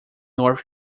north